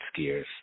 skiers